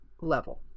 level